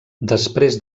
després